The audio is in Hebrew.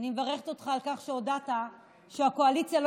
אני מברכת אותך על כך שהודעת שהקואליציה לא